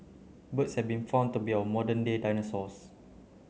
birds have been found to be our modern day dinosaurs